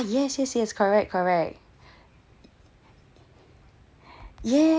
yes yes yes correct correct